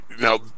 Now